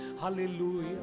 hallelujah